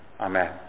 amen